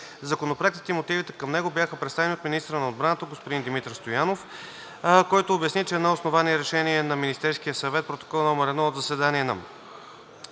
Законопроектът и мотивите към него бяха представени от министъра на отбраната господин Димитър Стоянов, който обясни, че на основание Решение на Министерския съвет, Протокол № 1 от заседание на